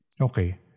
Okay